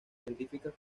científicas